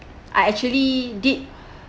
I actually did